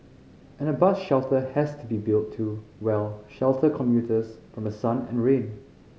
and a bus shelter has to be built to well shelter commuters from the sun and rain